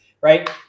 right